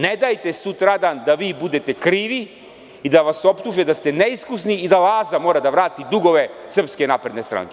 Ne dajte, sutradan, da vi budete krivi, da vas optuže da ste neiskusni i da Laza mora da vrati dugove SNS.